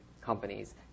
companies